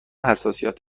حساسیت